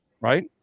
right